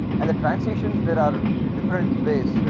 and the transition there are different ways,